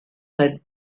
said